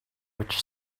which